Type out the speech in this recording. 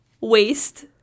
waste